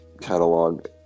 catalog